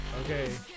okay